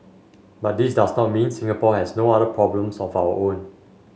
but this does not mean Singapore has no other problems of our own